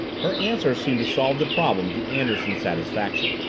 her answer seemed to solve the problem to anderson's satisfaction.